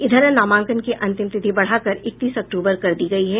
इधर नामांकन की अंतिम तिथि बढ़ाकर इकतीस अक्टूबर कर दी गयी है